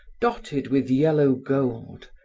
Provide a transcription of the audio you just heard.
dotted with yellow gold,